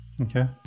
Okay